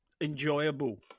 enjoyable